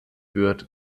wird